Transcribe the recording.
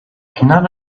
cannot